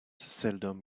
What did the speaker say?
seldom